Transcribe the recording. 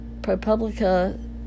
ProPublica